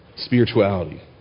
Spirituality